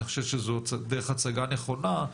אני חושב שזו דרך הצגה נכונה.